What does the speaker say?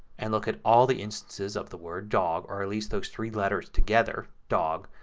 and look at all the instances of the word dog, or at least those three letters together dog,